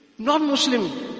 Non-Muslim